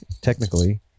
technically